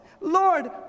Lord